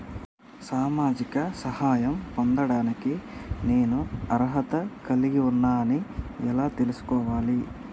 సామాజిక సహాయం పొందడానికి నేను అర్హత కలిగి ఉన్న అని ఎలా తెలుసుకోవాలి?